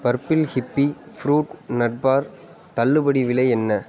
purple hippie fruit nut bar தள்ளுபடி விலை என்ன